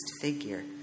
figure